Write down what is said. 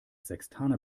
sextaner